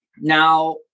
Now